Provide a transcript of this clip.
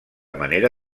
manera